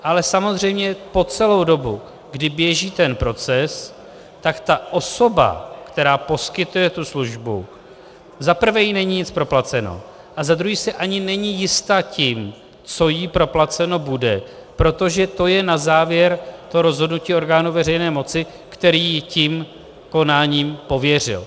Ale samozřejmě po celou dobu, kdy běží ten proces, tak ta osoba, která poskytuje tu službu, zaprvé jí není nic proplaceno a za druhé si ani není jista tím, co jí proplaceno bude, protože to je na závěr to rozhodnutí orgánu veřejné moci, který ji tím konáním pověřil.